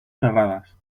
cerradas